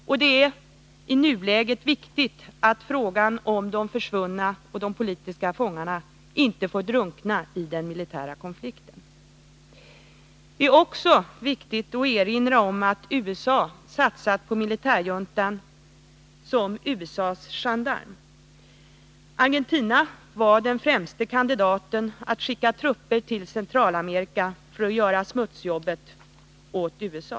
Och det är i nuläget viktigt att frågan om de försvunna och de politiska fångarna inte får drunkna i den militära konflikten. Det är också viktigt att erinra om att USA satsat på militärjuntan som USA:s gendarm. Argentina var den främsta kandidaten när det gällde att skicka trupper till Centralamerika för att göra smutsjobbet åt USA.